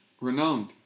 Renowned